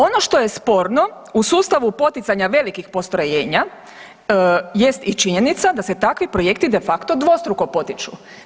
Ono što je sporno u sustavu poticanja velikih postrojenja jest i činjenica da se takvi projekti de facto dvostruko potiču.